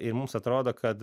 ir mums atrodo kad